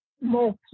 more